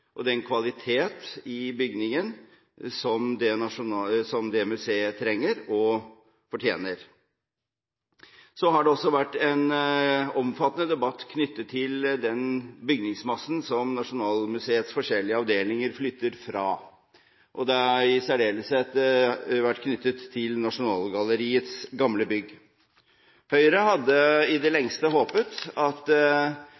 og den kvalitet som Nasjonalmuseet trenger og fortjener. Det har også vært en omfattende debatt om den bygningsmassen som Nasjonalmuseets forskjellige avdelinger flytter fra, og i særdeleshet om Nasjonalgalleriets gamle bygg. Høyre hadde i det